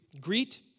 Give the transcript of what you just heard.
greet